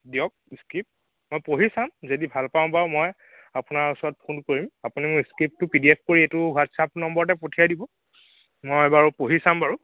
দিয়ক স্ক্ৰিপ্ত মই পঢ়ি চাম যদি ভাল পাওঁ বাৰু মই আপোনাৰ ওচৰত ফোন কৰিম আপুনি স্ক্ৰিপ্তটো পি ডি এফ কৰি এইটো হোৱাট্ছএপ নম্বৰতে পঠিয়াই দিব মই বাৰু পঢ়ি চাম বাৰু